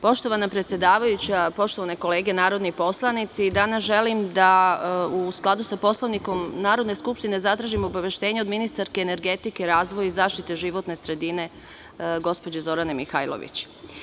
Poštovana predsedavajuća, poštovane kolege narodni poslanici, danas želim da u skladu sa Poslovnikom Narodne skupštine zatražim obaveštenje od ministarke energetike, razvoja i zaštite životne sredine gospođe Zorane Mihajlović.